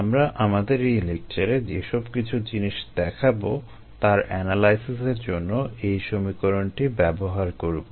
আমরা আমাদের এই লেকচারে যেসব কিছু জিনিস দেখাবো তার এনালাইসিসের জন্য এই সমীকরণটি ব্যবহার করবো